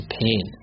pain